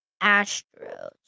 Astros